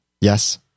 Yes